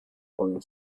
falling